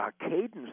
cadence